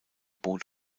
boot